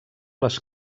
les